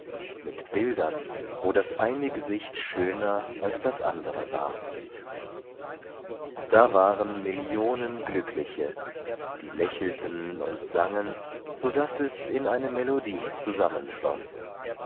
mit bildern wo das eine gesicht schöner als das andere war da waren millionen glückliche die lächelten und sangen sodaß es in eine melodie zusammenfloß